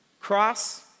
cross